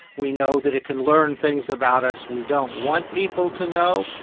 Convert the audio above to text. we know that it can learn things about us we don't want people to know.